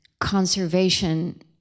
conservation